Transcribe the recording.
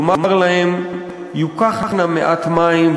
לומר להם: 'יקח נא מעט מים,